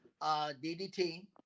DDT